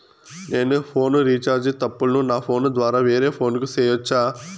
నేను phone recharge తప్పులను నా ఫోను ద్వారా వేరే ఫోను కు సేయొచ్చా?